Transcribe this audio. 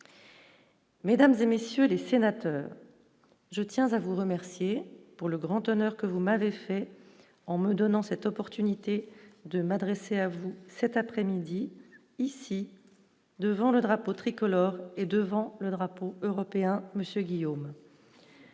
Mesdames et messieurs les sénateurs, je tiens à vous remercier pour le grand honneur que vous m'avez fait en me donnant cette opportunité de m'adresser à vous, cet après-midi, ici devant le drapeau tricolore et devant le drapeau européen, Monsieur Guillaume,